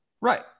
Right